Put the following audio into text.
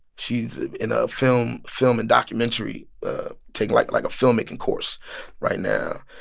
she's into film film and documentary ah taking, like like, a filmmaking course right now.